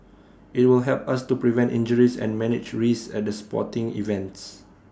IT will help us to prevent injuries and manage risks at the sporting events